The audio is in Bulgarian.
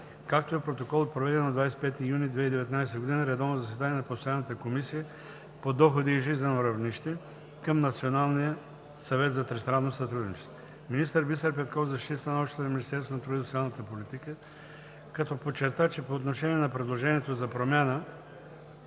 както и Протокол от проведено на 25 юни 2019 г. редовно заседание на постоянната Комисия по доходи и жизнено равнище към Националния съвет за тристранно сътрудничество. Министър Бисер Петков защити становището на Министерството на труда и социалната политика, като подчерта, че по отношение на предложението за промяна